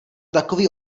takový